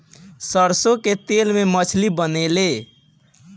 सरसों के तेल से मछली बनेले